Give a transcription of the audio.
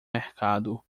mercado